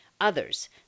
others